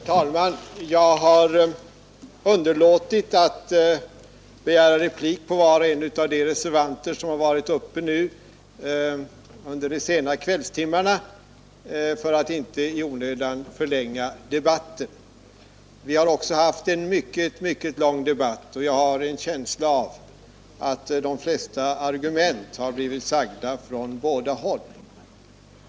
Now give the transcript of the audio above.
Herr talman! Jag har underlåtit att begära replik på var och en av de reservanter som varit uppe i talarstolen under de sena kvällstimmarna för att inte i onödan förlänga debatten. Vi har också haft en synnerligen lång debatt, och jag har en känsla av att de flesta argumenten blivit framförda från båda håll.